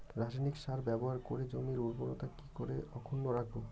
রাসায়নিক সার ব্যবহার করে জমির উর্বরতা কি করে অক্ষুণ্ন রাখবো